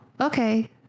okay